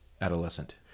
adolescent